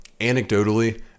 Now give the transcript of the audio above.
Anecdotally